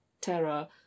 terror